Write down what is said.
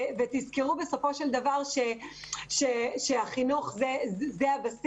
תזכרו בסופו של דבר שהחינוך הוא הבסיס.